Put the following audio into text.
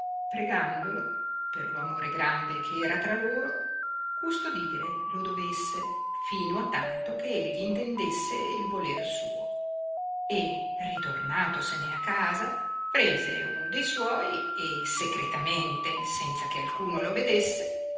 pregandolo per lo amore grande che era tra loro custodire lo dovesse fino a tanto che egli intendesse il voler suo e ritornatosene a casa prese uno de suoi e secretamente senza che alcuno lo vedesse